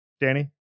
Danny